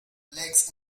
legs